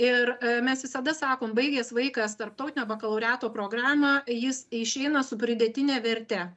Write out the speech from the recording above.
ir mes visada sakom baigęs vaikas tarptautinio bakalaureato programą jis išeina su pridėtine verte